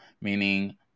meaning